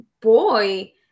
boy